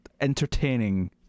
entertaining